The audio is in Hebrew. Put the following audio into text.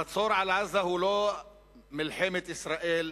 המצור על עזה הוא לא מלחמת ישראל ב"חמאס".